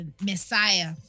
Messiah